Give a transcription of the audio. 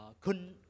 Kun